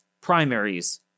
primaries